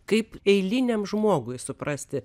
kaip eiliniam žmogui suprasti